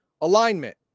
Alignment